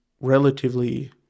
relatively